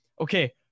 Okay